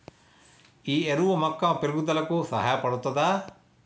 ఈ ఎరువు మొక్క పెరుగుదలకు సహాయపడుతదా?